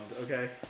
okay